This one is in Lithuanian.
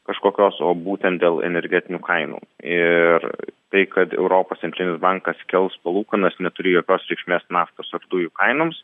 kažkokios o būtent dėl energetinių kainų ir tai kad europos centrinis bankas kels palūkanas neturi jokios reikšmės naftos ar dujų kainoms